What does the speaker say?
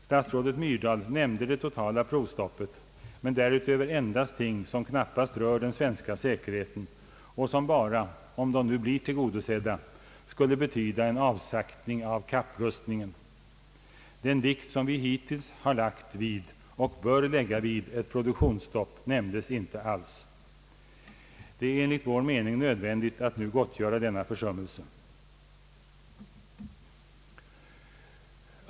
Statsrådet Myrdal nämnde det totala provstoppet men därutöver endast ting som knappast rör den svenska säkerheten och som bara — om de nu blir tillgodosedda — skulle betyda en avsaktning av kapprustningen. Den vikt som vi hittills har lagt vid och bör lägga vid ett produktionsstopp nämndes inte alls. Det är enligt vår mening nödvändigt att nu gottgöra denna försummelse.